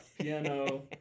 piano